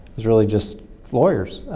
was really just lawyers.